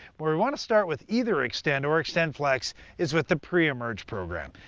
where we want to start with either xtend or xtendflex is with the pre-emerge program.